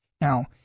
Now